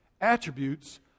attributes